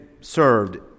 served